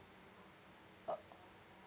uh